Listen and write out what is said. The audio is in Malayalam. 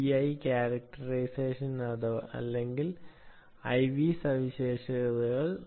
വി ഐ ക്യാരക്ടറൈസേഷൻ അല്ലെങ്കിൽ ഐവി സവിശേഷതകൾ